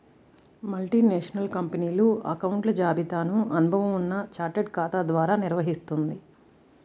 multinational కంపెనీలు అకౌంట్ల జాబితాను అనుభవం ఉన్న చార్టెడ్ ఖాతా ద్వారా నిర్వహిత్తుంది